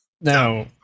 now